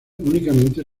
únicamente